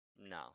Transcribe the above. no